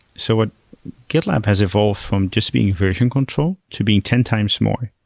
so what gitlab has evolved from just being version control to being ten times more.